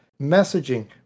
messaging